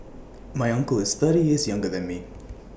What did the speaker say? my uncle is thirty years younger than me